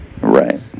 Right